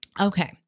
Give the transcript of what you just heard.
Okay